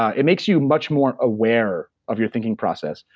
ah it makes you much more aware of your thinking process.